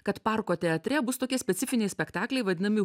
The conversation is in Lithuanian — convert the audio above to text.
kad parko teatre bus tokie specifiniai spektakliai vadinami